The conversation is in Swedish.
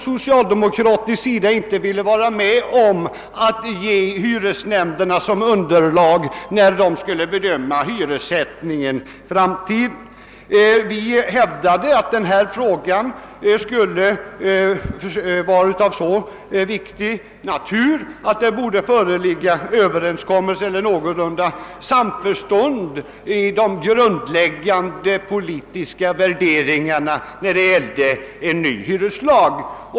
Socialdemokraterna ville inte vara med om att ge hy resnämnderna detta som underlag vid ett bedömande av hyressättningen i framtiden. Vi hävdade att denna fråga var av så viktig natur, att det borde föreligga en överenskommelse eller ett någorlunda gott samförstånd om de grundläggande politiska värderingarna i en ny hyreslag.